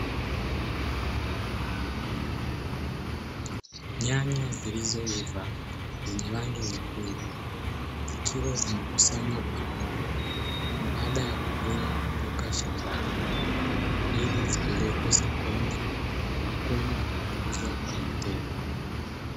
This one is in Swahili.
Nyaya zilizoiva zenye rangi nyekundu zikiwa zimekusanywa pamoja baada ya kuvunwa kutoka shambani, ili zipelekwe sokoni na kwenda kuuzwa kwa wateja.